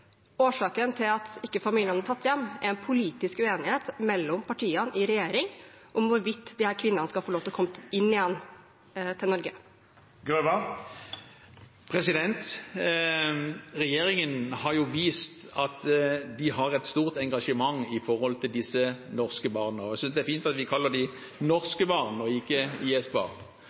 årsaken til at man ikke allerede – egentlig før sommeren – har hentet hjem barna og deres foreldre, stort sett mødre, som nå etterforskes for tilslutning til terrororganisasjonen IS, er en politisk uenighet mellom partiene i regjeringen om hvorvidt disse kvinnene skal få lov til å komme inn igjen til Norge. Regjeringen har jo vist at den har et stort engasjement for disse norske barna – og jeg synes det er fint